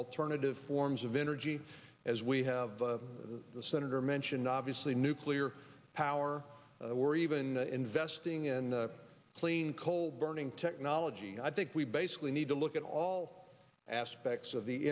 alternative forms of energy as we have the senator mentioned obviously nuclear power or even investing in clean coal burning technology i think we basically need to look at all aspects of the